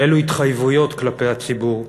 אילו התחייבויות כלפי הציבור.